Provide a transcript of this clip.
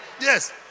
Yes